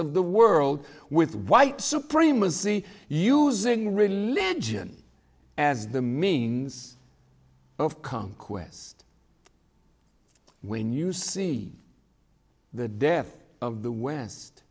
of the world with white supremacy using religion as the means of conquest when you see the death of the west